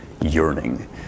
yearning